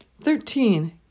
Thirteen